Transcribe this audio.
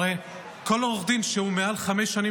הרי כל עורך דין שהוא מעל חמש שנים